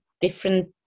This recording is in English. different